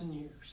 years